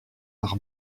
par